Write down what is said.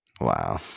Wow